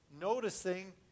noticing